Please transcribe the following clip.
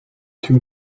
two